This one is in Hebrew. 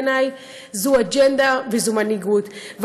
בעיני זאת אג'נדה וזאת מנהיגות.